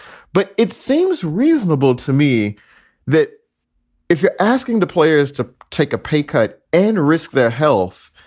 but it seems reasonable to me that if you're asking the players to take a pay cut and risk their health,